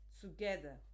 together